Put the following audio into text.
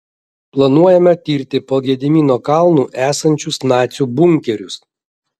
planuojama tirti po gedimino kalnu esančius nacių bunkerius